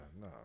no